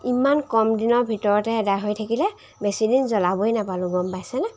ইমান কম দিনৰ ভিতৰতে এদায় হৈ থাকিলে বেছিদিন জ্বলাবই নাপালোঁ গম পাইছেনে